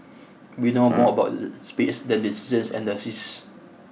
we know more about the space than the seasons and the seas